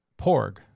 porg